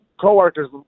co-workers